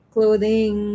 Clothing